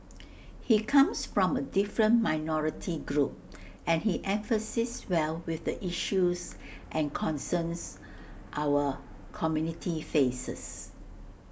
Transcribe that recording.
he comes from A different minority group and he empathises well with the issues and concerns our community faces